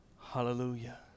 Hallelujah